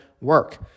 work